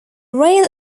rail